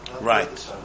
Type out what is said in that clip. Right